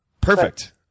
Perfect